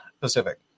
Pacific